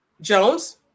Jones